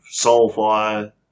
Soulfire